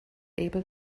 able